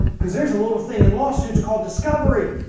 because there's a little thing in lawsuits called discovery.